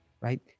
right